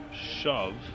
shove